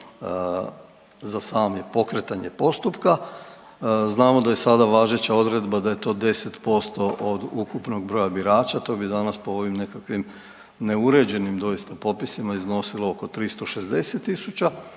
za samo pokretanje postupka. Znamo da je sada važeća odredba da je to 10% od ukupnog broja birača, to bi danas po ovim nekakvim neuređenim doista popisima iznosilo oko 360.000,